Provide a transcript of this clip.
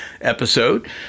episode